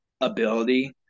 ability